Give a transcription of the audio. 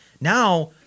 Now